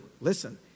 Listen